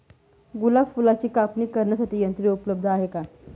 गुलाब फुलाची कापणी करण्यासाठी यंत्र उपलब्ध आहे का?